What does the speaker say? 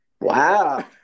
Wow